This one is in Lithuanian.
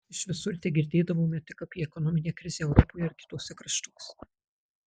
iš visur tegirdėdavome tik apie ekonominę krizę europoje ir kituose kraštuose